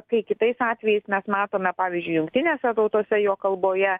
kai kitais atvejais mes matome pavyzdžiui jungtinėse tautose jo kalboje